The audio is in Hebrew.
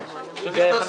בבקשה, תגיד את מספר הפנייה.